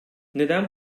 neden